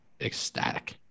ecstatic